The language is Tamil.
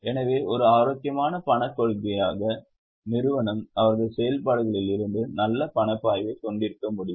எனவே ஒரு ஆரோக்கியமான பணக் கொள்கையாக நிறுவனம் அவர்கள் செயல்பாடுகளில் இருந்து நல்ல பணப்பாய்வை கொண்டிருக்க முடியும்